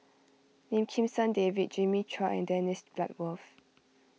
Lim Kim San David Jimmy Chua and Dennis Bloodworth